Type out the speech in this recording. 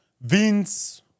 Vince